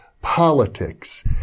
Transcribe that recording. politics